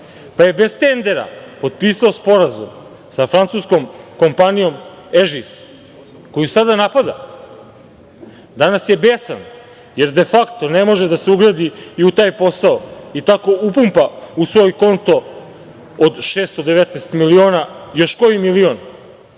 pa je bez tendera potpisao Sporazum sa francuskom kompanijom „Ežis“ koju sada napada. Danas je besan, jer defakto ne može da se ugradi i u taj posao i tako upumpa u svoj konto od 619 miliona još koji milion. Umesto